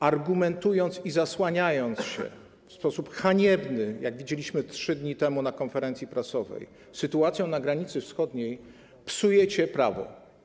Argumentując i zasłaniając się w sposób haniebny, jak to widzieliśmy 3 dni temu na konferencji prasowej, sytuacją na granicy wschodniej, psujecie prawo.